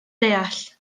deall